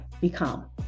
become